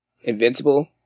Invincible